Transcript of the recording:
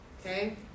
Okay